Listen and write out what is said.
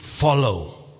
follow